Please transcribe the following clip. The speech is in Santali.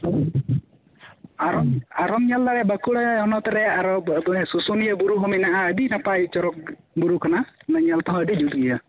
ᱟᱨᱦᱚᱢ ᱟᱨᱦᱚᱢ ᱧᱮᱞ ᱫᱟᱲᱮᱭᱟᱜᱼᱟ ᱵᱟᱹᱠᱩᱲᱟ ᱦᱚᱱᱚᱛᱨᱮ ᱟᱨᱦᱚᱸ ᱫᱚ ᱫᱚᱲᱮ ᱥᱩᱥᱩᱱᱤᱭᱟᱹ ᱵᱩᱨᱩ ᱦᱚᱸ ᱢᱮᱱᱟᱜᱼᱟ ᱟᱹᱰᱤ ᱱᱟᱯᱟᱭ ᱪᱚᱨᱚᱠ ᱵᱩᱨᱩ ᱠᱟᱱᱟ ᱚᱱᱟ ᱧᱮᱞᱛᱮᱦᱚᱸ ᱟᱹᱰᱤ ᱡᱩᱛ ᱜᱮᱭᱟ